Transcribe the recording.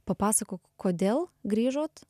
papasakok kodėl grįžot